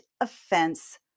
offense